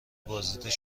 بازدید